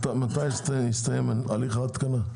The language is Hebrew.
מתי יסתיים הליך ההתקנה?